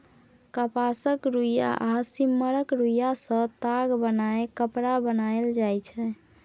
कपासक रुइया आ सिम्मरक रूइयाँ सँ ताग बनाए कपड़ा बनाएल जाइ छै